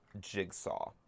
Jigsaw